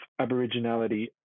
aboriginality